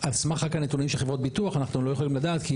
על סמך נתונים של חברות ביטוח אנחנו לא יכולים לדעת כי